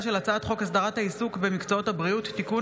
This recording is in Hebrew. של הצעת חוק הסדרת העיסוק במקצועות הבריאות (תיקון,